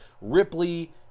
Ripley